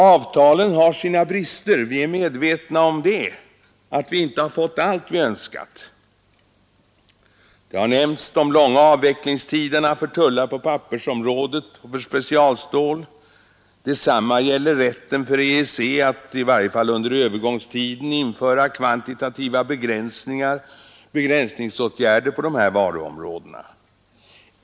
Avtalet har sina brister — vi är medvetna om att vi inte har fått allt vi önskat. Här har nämnts de långa avvecklingstiderna för tullar på pappersområdet och för specialstål. Detsamma gäller rätten för EEC att i varje fall under övergångstiden införa kvantitativa begränsningsåtgärder på dessa varuområden.